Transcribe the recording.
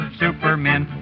supermen